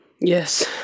Yes